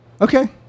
okay